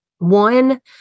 One